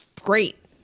great